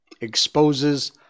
exposes